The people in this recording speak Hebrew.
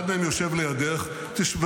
בלי הצוות שלך.